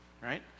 right